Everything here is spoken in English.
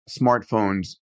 smartphones